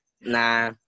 Nah